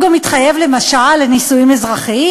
הוא גם התחייב, למשל, לנישואים אזרחיים.